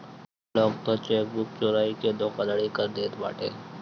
लोग तअ चेकबुक चोराई के धोखाधड़ी कर देत बाटे